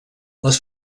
les